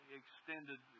extended